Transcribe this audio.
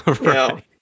Right